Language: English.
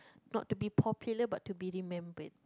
not to be popular but to be remembered